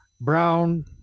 brown